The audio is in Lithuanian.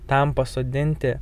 tam pasodinti